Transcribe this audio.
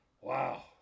Wow